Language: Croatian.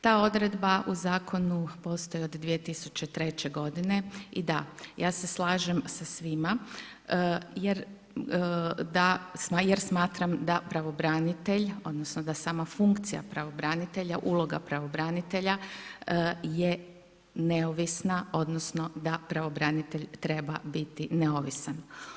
Ta odredba u zakonu postoji od 2003. g. i da, ja se slažem s svima, jer, smatram da pravobranitelj, odnosno, da sama funkcija pravobranitelja, uloga pravobranitelja, je neovisna, odnosno, da pravobranitelj treba biti neovisan.